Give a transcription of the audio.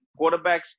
Quarterbacks